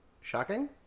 Shocking